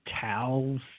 towels